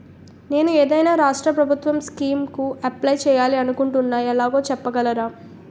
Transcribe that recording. నేను ఏదైనా రాష్ట్రం ప్రభుత్వం స్కీం కు అప్లై చేయాలి అనుకుంటున్నా ఎలాగో చెప్పగలరా?